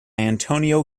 antonio